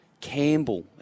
Campbell